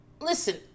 listen